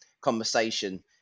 conversation